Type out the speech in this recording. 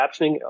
captioning